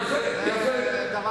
יפה, יפה.